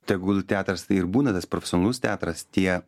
tegul teatras tai ir būna tas profesionalus teatras tie